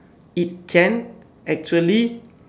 it can actually